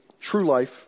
true-life